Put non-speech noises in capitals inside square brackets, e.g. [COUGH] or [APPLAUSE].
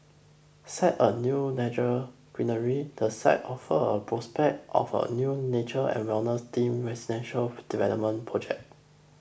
set a new [UNINTELLIGIBLE] greenery the site offers a prospect of a new nature and wellness themed residential [HESITATION] development project